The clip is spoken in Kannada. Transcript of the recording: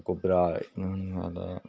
ಗೊಬ್ಬರ ಅದು